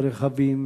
ורכבים,